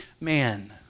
man